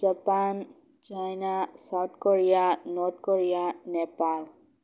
Japan China South Korea North Korea Nepal